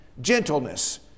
gentleness